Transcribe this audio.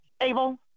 Abel